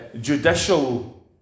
judicial